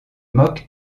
moque